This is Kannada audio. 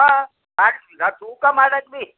ಈಗ ತೂಕ ಮಾಡಕ್ಕೆ ಭೀ